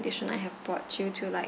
they should not have brought you to like